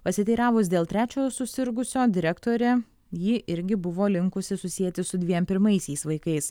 pasiteiravus dėl trečiojo susirgusio direktore ji irgi buvo linkusi susieti su dviem pirmaisiais vaikais